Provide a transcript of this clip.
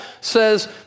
says